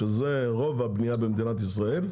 שזה רוב הבנייה במדינת ישראל,